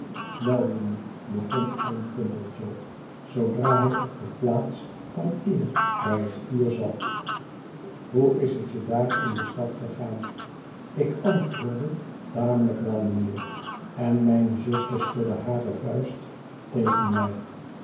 wel jongen begon oom pumblechook zoodra hij op de plaats van eer bij het vuur zat hoe is het je daar in de stad gegaan ik antwoordde tamelijk wel mijnheer en mijne zuster schudde hare vuist tegen mij